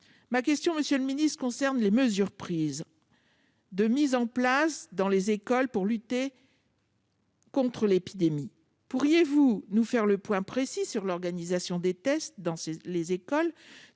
Ma question porte sur les mesures mises en place dans les écoles pour lutter contre l'épidémie. Pourriez-vous nous faire un point précis sur l'organisation des tests dans les écoles